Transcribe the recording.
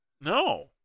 no